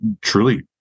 truly